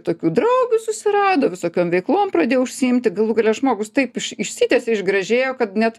tokių draugių susirado visokiom veiklom pradėjo užsiimti galų gale žmogus taip išsitiesė išgražėjo kad net